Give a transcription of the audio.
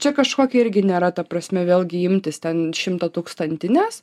čia kažkokia irgi nėra ta prasme vėlgi imtys ten šimtatūkstantinės